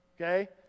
Okay